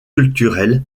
culturelles